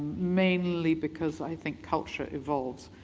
mainly because i think culture evolves.